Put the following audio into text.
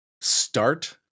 start